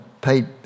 paid